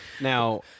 Now